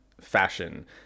fashion